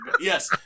Yes